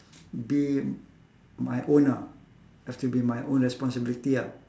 be my own lah have to be my own responsibility ah